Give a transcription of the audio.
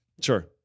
Sure